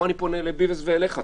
פה אני פונה לביבס ואליך.